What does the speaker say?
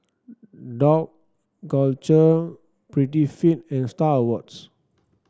Dough Culture Prettyfit and Star Awards